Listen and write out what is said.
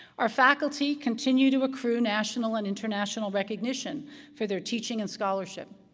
our faculty continue to accrue national and international recognition for their teaching and scholarship,